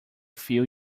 feel